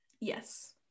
Yes